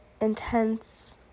intense